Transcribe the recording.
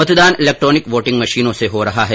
मतदान electronic voting मशीनों से हो रहा है